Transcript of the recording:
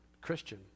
Christian